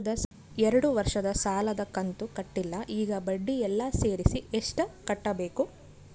ಎರಡು ವರ್ಷದ ಸಾಲದ ಕಂತು ಕಟ್ಟಿಲ ಈಗ ಬಡ್ಡಿ ಎಲ್ಲಾ ಸೇರಿಸಿ ಎಷ್ಟ ಕಟ್ಟಬೇಕು?